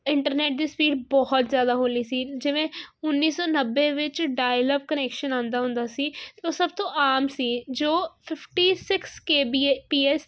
internet ਦੀ speed ਬਹੁਤ ਜ਼ਿਆਦਾ ਹੌਲੀ ਸੀ ਜਿਵੇਂ ਉੱਨੀ ਸੌ ਨੱਬੇ ਵਿੱਚ ਡਾਇਲਪ ਕਨੈਕਸ਼ਨ ਆਉਂਦਾ ਹੁੰਦਾ ਸੀ ਉਹ ਸਭ ਤੋਂ ਆਮ ਸੀ ਜੋ fifty six K B A P S